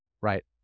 Right